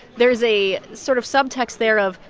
there is a sort of subtext there of,